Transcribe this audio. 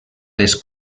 les